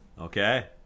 Okay